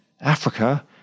africa